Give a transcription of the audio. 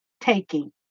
taking